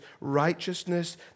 righteousness